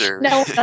No